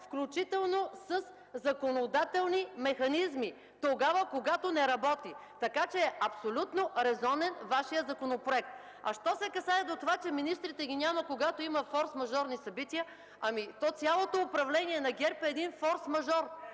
включително със законодателни механизми, тогава когато не работи. Така че абсолютно резонен е Вашият законопроект. Що се отнася до това, че министрите ги няма, когато има форсмажорни събития, то цялото управление на ГЕРБ е един форсмажор.